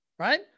right